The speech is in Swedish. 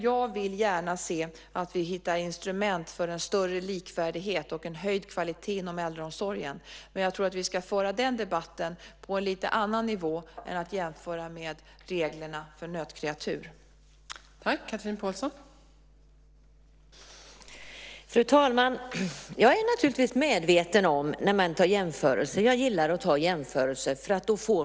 Jag vill gärna se att vi hittar instrument för en större likvärdighet och en höjd kvalitet inom äldreomsorgen, men jag tror att vi ska föra den debatten på en lite annan nivå än att jämföra med reglerna för nötkreatur.